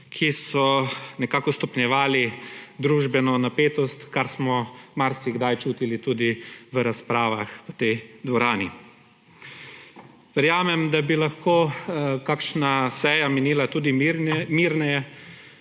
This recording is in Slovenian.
ki so nekako stopnjevali družbeno napetost, kar smo marsikdaj čutili tudi v razpravah v tej dvorani. Verjamem, da bi lahko kakšna seja minila tudi mirneje,